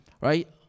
right